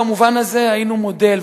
במובן הזה היינו מודל,